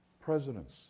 presidents